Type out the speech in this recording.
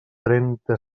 trenta